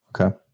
Okay